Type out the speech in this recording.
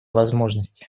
возможности